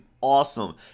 awesome